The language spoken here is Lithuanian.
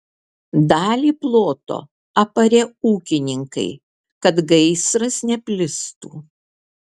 dalį ploto aparė ūkininkai kad gaisras neplistų